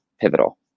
pivotal